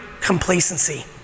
complacency